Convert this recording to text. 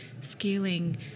scaling